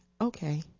okay